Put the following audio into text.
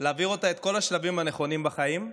להעביר אותה את כל השלבים הנכונים בחיים.